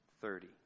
thirty